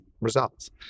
results